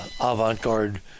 avant-garde